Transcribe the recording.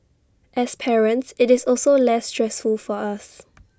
as parents IT is also less stressful for us